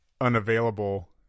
unavailable